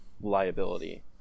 liability